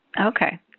Okay